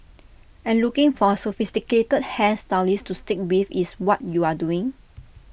and looking for A sophisticated hair stylist to stick with is what you are doing